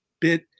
bit